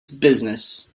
business